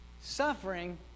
Suffering